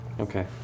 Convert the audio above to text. Okay